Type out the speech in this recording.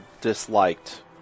disliked